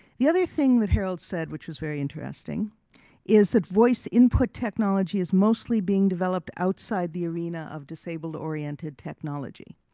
the other thing that harold said which was very interesting is that voice input technology is mostly being developed outside the arena of disabled oriented technology.